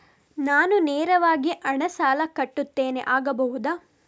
ನಾನು ನೇರವಾಗಿ ಹಣ ಸಾಲ ಕಟ್ಟುತ್ತೇನೆ ಆಗಬಹುದ?